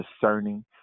discerning